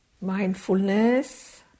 Mindfulness